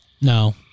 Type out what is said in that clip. No